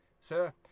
sir